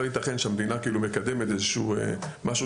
לא יתכן שהמדינה מקדמת איזשהו משהו